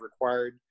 required